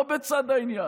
לא בצד העניין,